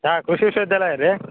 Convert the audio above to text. ಹಾಂ ಖುಷಿ ವಿಶ್ವ ವಿದ್ಯಾಲಯ ರೀ